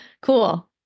cool